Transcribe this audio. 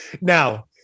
Now